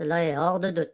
hors de doute